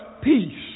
peace